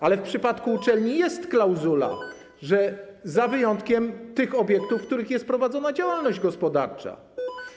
Ale w przypadku uczelni jest klauzula: z wyjątkiem tych obiektów, w których jest prowadzona działalność gospodarcza.